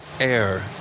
air